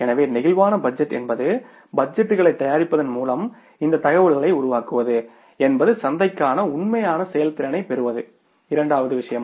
எனவே flexible budget என்பது பட்ஜெட்டுகளைத் தயாரிப்பதன் மூலம் இந்த தகவலை உருவாக்குவது என்பது சந்தைக்கான உண்மையான செயல்திறனைப் பெறுவது இரண்டாவது விஷயம்